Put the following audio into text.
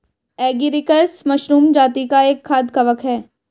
agaricus mushroom जाती का एक खाद्य कवक है